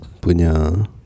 punya